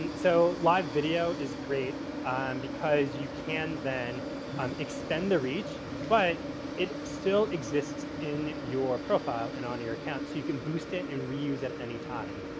and so, live video is great because you can then um extend the reach, but it still exists in your profile and on your account. so, you can boost it and reuse it at any time.